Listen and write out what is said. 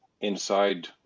inside